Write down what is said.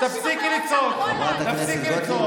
אבל אני ביקשתי לשבת.